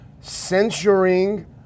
censuring